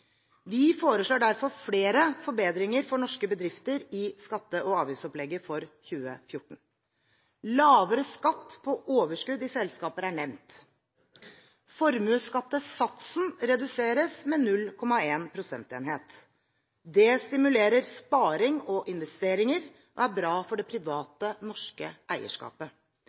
Vi foreslår derfor flere forbedringer for norske bedrifter i skatte- og avgiftsopplegget for 2014. Lavere skatt på overskudd i selskaper er nevnt. Formuesskattesatsen reduseres med 0,1 prosentenhet. Det stimulerer sparing og investeringer og er bra for det private norske eierskapet.